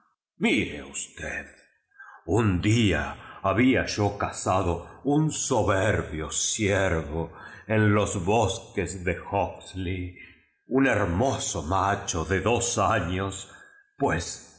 mire usted un día había yo cazado un soberbio ciervo en los bosques de hogsley un hermo so mocho de dos años pues